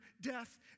death